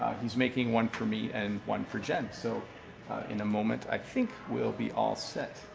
he's making one for me and one for jen. so in a moment, i think we'll be all set.